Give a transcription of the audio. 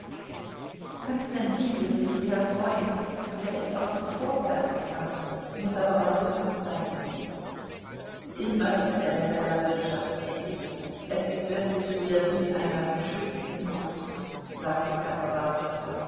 konstantin wird sich sehr freuen er ist auf das vorwerk gegangen muß aber bald zurück sein immer ist er in seiner wirtschaft tätig es ist wirklich hier wie in einer geschützten bucht sagte